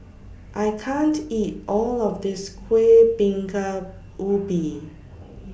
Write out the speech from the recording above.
I can't eat All of This Kuih Bingka Ubi